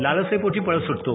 लालसेपोटी पळत सुटतो